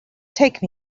take